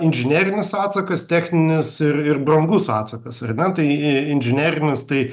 inžinerinis atsakas techninis ir ir brangus atsakas ar ne tai inžinerinis tai